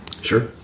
Sure